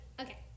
okay